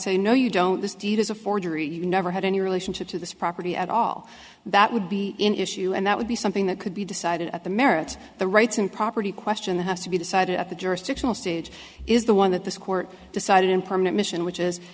say no you don't this deed is a forgery you never had any relationship to this property at all that would be in issue and that would be something that could be decided at the merits the rights and property question has to be decided at the jurisdictional stage is the one that this court decided mission which is